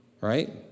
right